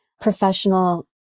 professional